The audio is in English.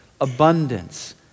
abundance